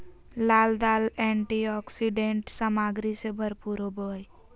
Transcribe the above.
लाल दाल एंटीऑक्सीडेंट सामग्री से भरपूर होबो हइ